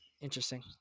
Interesting